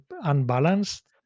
unbalanced